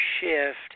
shift